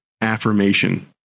affirmation